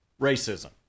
racism